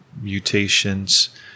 mutations